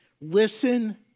listen